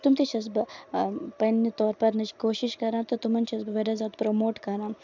تِم تہِ چھَس بہٕ پَنٕنہِ طور پرنٕچ کوٗشش کران تہٕ تِمن چھِس بہٕ واریاہ زیادٕ پراموٹ کران